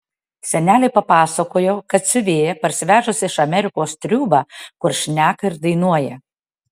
senelei papasakojau kad siuvėja parsivežus iš amerikos triūbą kur šneka ir dainuoja